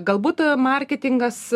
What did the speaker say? galbūt marketingas